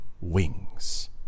wings